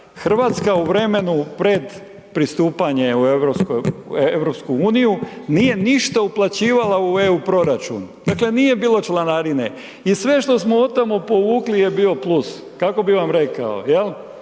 RH u vremenu pred pristupanje u EU nije ništa uplaćivala u EU proračun, dakle, nije bilo članarine i sve što smo otamo povukli je bio plus, kako bi vam rekao,